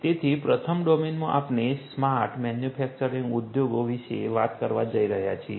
તેથી પ્રથમ ડોમેનમાં આપણે સ્માર્ટ મેન્યુફેક્ચરિંગ ઉદ્યોગો વિશે વાત કરવા જઈ રહ્યા છીએ